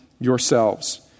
yourselves